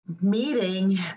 meeting